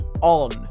on